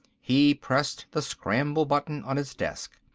he pressed the scramble button on his desk.